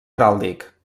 heràldic